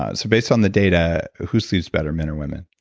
ah so based on the data, who sleeps better, men or women?